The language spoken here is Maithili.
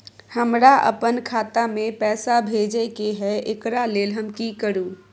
हमरा अपन खाता में पैसा भेजय के है, एकरा लेल हम की करू?